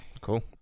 cool